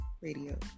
Radio